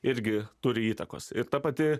irgi turi įtakos ir ta pati